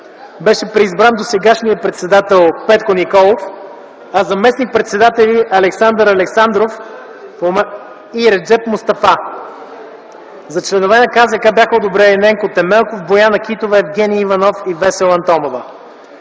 беше преизбран досегашният председател Петко Николов, а за заместник-председатели – Александър Александров и Реджеп Мустафа. За членове на КЗК бяха одобрени Ненко Темелков, Диана Хитова, Евгени Иванов и Весела Антонова.